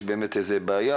יש באמת איזו בעיה,